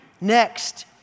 next